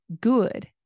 good